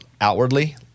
outwardly